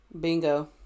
bingo